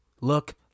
look